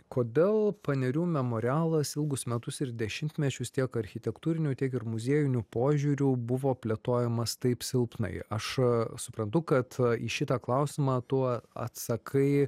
kodėl panerių memorialas ilgus metus ir dešimtmečius tiek architektūriniu tiek ir muziejiniu požiūriu buvo plėtojamas taip silpnai aš suprantu kad į šitą klausimą tu atsakai